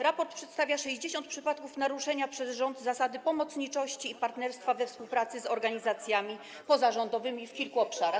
Raport przedstawia 60 przypadków naruszenia przez rząd zasady pomocniczości i partnerstwa we współpracy z organizacjami pozarządowymi w kilku obszarach.